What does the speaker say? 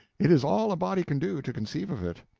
it is all a body can do to conceive of it.